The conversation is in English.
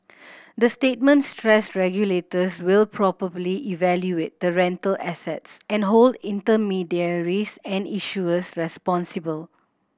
the statement stressed regulators will probably evaluate the rental assets and hold intermediaries and issuers responsible